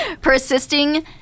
Persisting